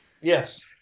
Yes